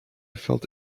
felt